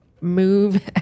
move